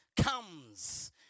comes